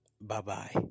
Bye-bye